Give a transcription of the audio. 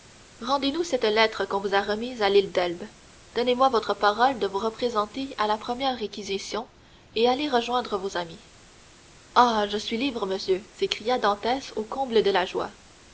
rendez nous cette lettre qu'on vous a remise à l'île d'elbe donnez-moi votre parole de vous représenter à la première réquisition et allez rejoindre vos amis ainsi je suis libre monsieur s'écria dantès au comble de la joie